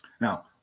Now